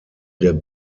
der